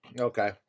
Okay